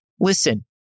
Listen